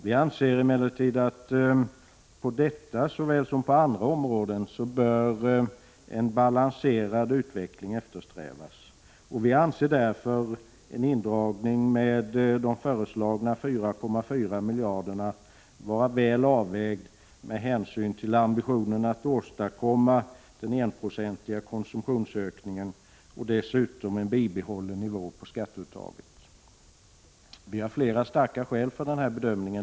Vi anser emellertid att på detta såväl som på andra områden bör en balanserad utveckling eftersträvas. Vi anser därför en indragning med de föreslagna 4,4 miljarderna vara väl avvägd med hänsyn till ambitionen att åstadkomma en enprocentig konsumtionsökning och dessutom en bibehållen nivå på skatteuttaget. Vi har flera starka skäl för denna bedömning.